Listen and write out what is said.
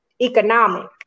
economic